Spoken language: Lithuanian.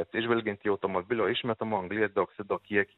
atsižvelgiant į automobilio išmetamo anglies dioksido kiekį